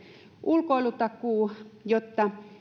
ulkoilutakuu jotta